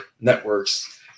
networks